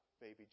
baby